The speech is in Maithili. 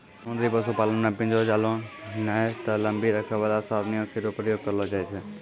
समुद्री पशुपालन म पिंजरो, जालों नै त लंबी रेखा वाला सरणियों केरो प्रयोग करलो जाय छै